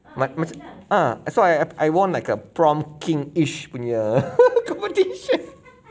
ma~ macam ah so I I won like a prom kingish punya competition